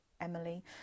Emily